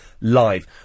live